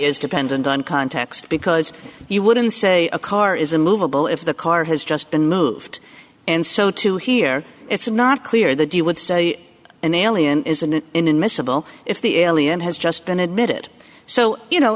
is dependent on context because you wouldn't say a car is a movable if the car has just been moved and so to hear it's not clear that you would say an alien isn't it inadmissible if the alien has just been admitted so you know